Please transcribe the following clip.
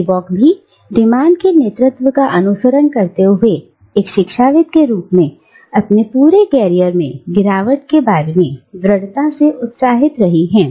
Spivak भी de Man के नेतृत्व का अनुसरण करते हुए एक शिक्षाविद के रूप में अपने पूरे करियर में गिरावट के बारे में दृढ़ता से उत्साहित रहे हैं